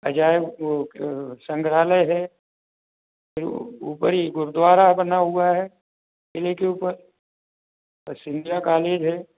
अजाइब वह संग्रहालय है वह ऊपर ही गुरुद्वारा है बना हुआ है क़िले के ऊपर पसरीजा कॉलेज है